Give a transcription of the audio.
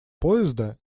поезда